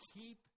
Keep